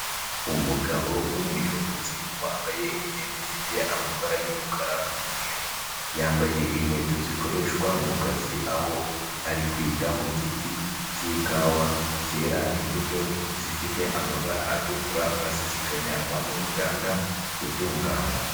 Umugabo w'umuyobozi wambaye imyenda ifite amabara y'umukara n'umweru, yambaye inkweto zikoreshwa mu kazi aho ari kwita ku giti k'ikawa kera imbuto zifite amabara atukura maze zikajyanwa mu ruganda gutunganywa.